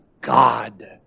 God